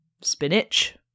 spinach